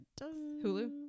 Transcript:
Hulu